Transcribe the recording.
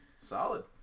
Solid